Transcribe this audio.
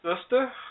sister